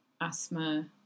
asthma